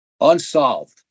Unsolved